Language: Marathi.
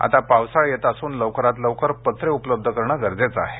आता पावसाळा येत असून लवकरात लवकर पत्रे उपलब्ध करणे गरजेचे आहे